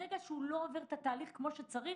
ברגע שהוא לא עובר את התהליך כפי שצריך,